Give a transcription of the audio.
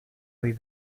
ohi